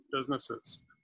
businesses